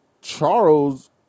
Charles